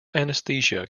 anesthesia